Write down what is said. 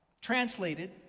translated